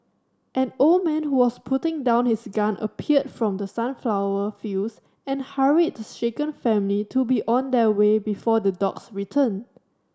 an old man who was putting down his gun appeared from the sunflower fields and hurried the shaken family to be on their way before the dogs return